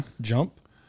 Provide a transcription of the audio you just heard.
Jump